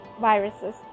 viruses